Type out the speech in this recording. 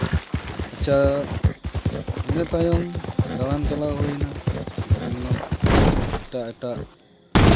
ᱟᱪᱪᱷᱟ ᱤᱱᱟᱹ ᱛᱟᱭᱚᱢ ᱫᱟᱬᱟᱱ ᱪᱟᱞᱟᱣ ᱦᱩᱭᱱᱟ ᱵᱤᱵᱷᱤᱱᱱᱚ ᱮᱴᱟᱜ ᱮᱴᱟᱜ